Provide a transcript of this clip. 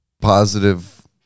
positive